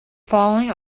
falling